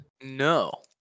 No